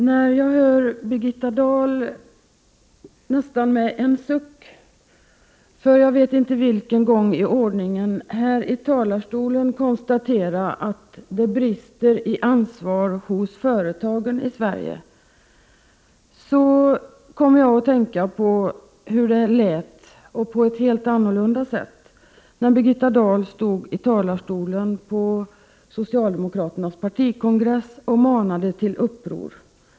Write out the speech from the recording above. När jag hör Birgitta Dahl nästan med en suck konstatera — för, jag vet inte vilken gång i ordningen — från kammarens talarstol att det brister i ansvar hos företagen i Sverige kommer jag att tänka på att det lät på ett helt annat sätt när Birgitta Dahl stod i talarstolen på socialdemokraternas partikongress och manade till uppror.